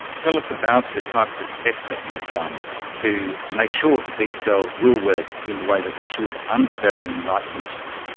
tell us about the types of tests that you've done to make sure that these cells will work in the way that they should under varying light conditions.